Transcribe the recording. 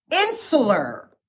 insular